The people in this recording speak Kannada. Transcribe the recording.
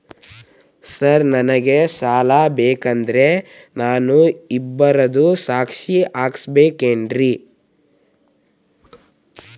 ಸರ್ ನನಗೆ ಸಾಲ ಬೇಕಂದ್ರೆ ನಾನು ಇಬ್ಬರದು ಸಾಕ್ಷಿ ಹಾಕಸಬೇಕೇನ್ರಿ?